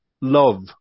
love